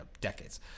decades